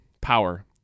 power